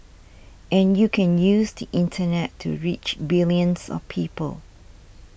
and you can use the internet to reach billions of people